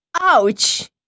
Ouch